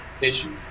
issue